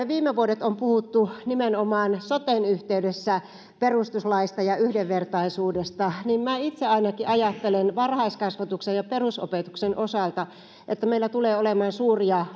viime vuodet me olemme puhuneet nimenomaan soten yhteydessä perustuslaista ja yhdenvertaisuudesta ja minä itse ainakin ajattelen varhaiskasvatuksen ja perusopetuksen osalta että meillä tulee olemaan suuria